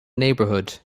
neighborhood